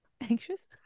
anxious